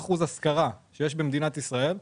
ה-30% השכרה במדינת ישראל,